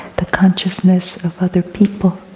the consciousness of other people.